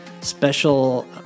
special